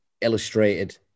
illustrated